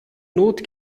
not